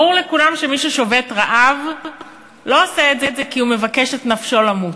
ברור לכולם שמי ששובת רעב לא עושה את זה כי הוא מבקש את נפשו למות,